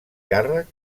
càrrec